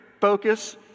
focus